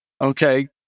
okay